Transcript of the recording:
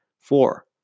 four